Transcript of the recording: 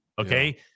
Okay